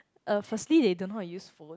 uh firstly they don't know how to use phones